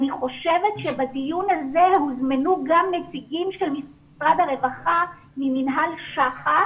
אני חושבת שבדיון הזה הוזמנו גם נציגים של משרד הרווחה ממינהל שח"א